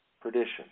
perdition